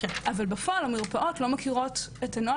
אבל בפועל המרפאות לא מכירות את הנוהל